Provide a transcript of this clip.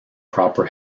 proper